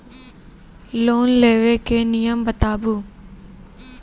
Loan लेबे के नियम बताबू?